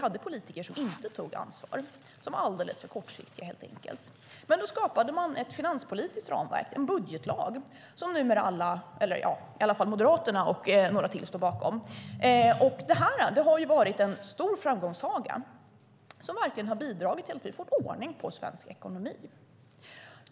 Politiker tog inte ansvar utan var alldeles för kortsiktiga. Då skapade man ett finanspolitiskt ramverk, en budgetlag, som numera alla - i alla fall Moderaterna och några till - står bakom. Detta har varit en stor framgångssaga som verkligen har bidragit till att få ordning på svensk ekonomi.